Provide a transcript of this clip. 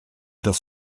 das